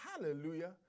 Hallelujah